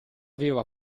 aveva